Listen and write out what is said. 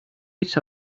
each